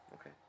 Okay